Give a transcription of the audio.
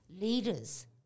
leaders